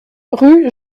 rue